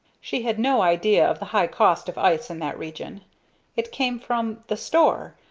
she had no idea of the high cost of ice in that region it came from the store,